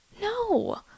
no